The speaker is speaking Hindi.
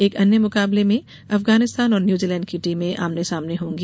एक अन्य मुकाबले में अफगानिस्तान और न्यूजीलैंड की टीम आमने सामने होंगी